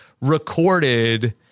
recorded